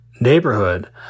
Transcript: neighborhood